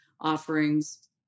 offerings